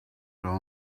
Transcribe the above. all